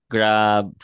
Grab